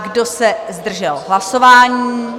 Kdo se zdržel hlasování?